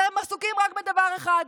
אתה עסוקים רק בדבר אחד: